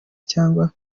cyangwa